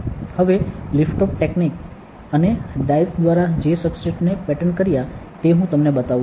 હવે lift off technique અને diced દ્વારા જે સબટ્રેટને પેટન્ટ કર્યા તે હું તમને બતાવું છું